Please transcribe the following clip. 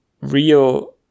real